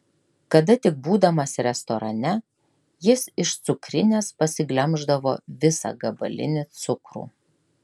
kada tik būdamas restorane jis iš cukrinės pasiglemždavo visą gabalinį cukrų